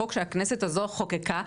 החוק שהכנסת הזאת חקקה,